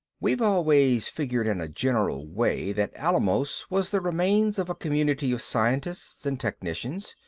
we've always figured in a general way that alamos was the remains of a community of scientists and technicians.